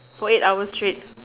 for eight hours straight